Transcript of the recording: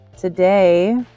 today